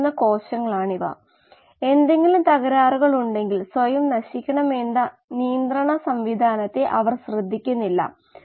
മൊത്തം മാസ്സ് ബാലൻസിൽ ഔട്ട്പുട്ട് ഇല്ല മാസ്സിൻറെ ഉത്പാദനമില്ല ഉപഭോഗമില്ല